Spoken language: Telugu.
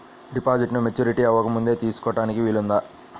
డిపాజిట్ను మెచ్యూరిటీ అవ్వకముందే తీసుకోటానికి వీలుందా?